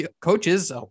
coaches